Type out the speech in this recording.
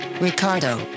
Ricardo